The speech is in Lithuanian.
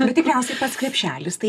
bet tikriausiai tas krepšelis tai